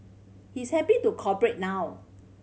he's happy to cooperate now